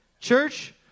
Church